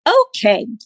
Okay